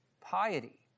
piety